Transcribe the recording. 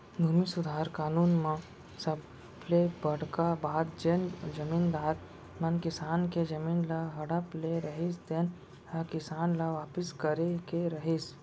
भूमि सुधार कानून म सबले बड़का बात जेन जमींदार मन किसान के जमीन ल हड़प ले रहिन तेन ह किसान ल वापिस करे के रहिस